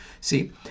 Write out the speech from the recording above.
See